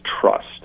trust